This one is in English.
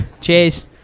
cheers